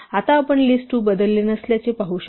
आता आपण लिस्ट 2 बदलले नसल्याचे पाहू शकतो